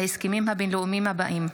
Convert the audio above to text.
ההסכמים הבין-לאומיים הבאים: